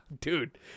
dude